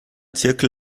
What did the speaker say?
zirkel